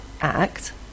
act